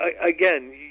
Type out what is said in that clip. again